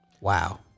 Wow